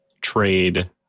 trade